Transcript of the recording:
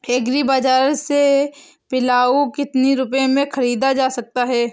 Agree बाजार से पिलाऊ कितनी रुपये में ख़रीदा जा सकता है?